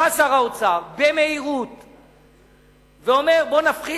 בא שר האוצר במהירות ואומר: בואו נפחית,